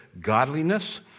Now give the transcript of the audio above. godliness